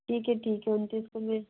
ठीक है ठीक है उनतीस को मैं